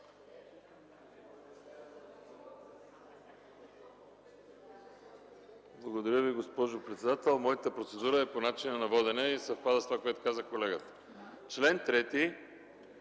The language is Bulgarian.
Благодаря Ви, госпожо председател. Процедурата ми е по начина на водене и съвпада с това, което каза колегата. Член 3